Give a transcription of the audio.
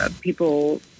people